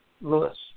Lewis